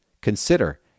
Consider